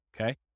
Okay